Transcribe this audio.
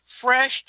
fresh